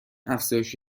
افزایش